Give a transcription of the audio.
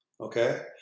okay